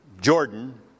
Jordan